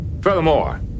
Furthermore